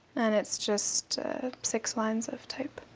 and it's just six lines of type.